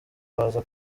baza